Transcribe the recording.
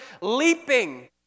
leaping